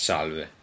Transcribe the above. Salve